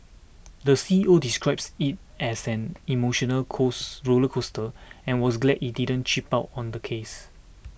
the C E O describes it as an emotional cause roller coaster and was glad he didn't cheap out on the case